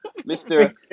Mr